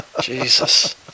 Jesus